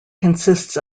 consists